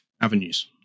avenues